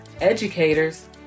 educators